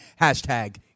Hashtag